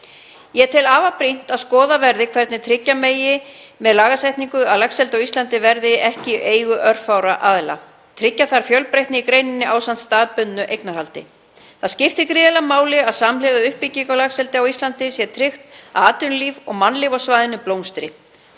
Ég tel afar brýnt að skoðað verði hvernig tryggja megi með lagasetningu að laxeldi á Íslandi verði ekki í eigu örfárra aðila. Tryggja þarf fjölbreytni í greininni ásamt staðbundnu eignarhaldi. Það skiptir gríðarlega máli að samhliða uppbyggingu á laxeldi á Íslandi sé tryggt að atvinnulíf og mannlíf á svæðinu blómstri